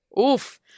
oof